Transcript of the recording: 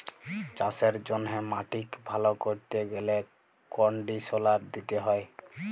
চাষের জ্যনহে মাটিক ভাল ক্যরতে গ্যালে কনডিসলার দিতে হয়